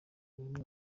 buri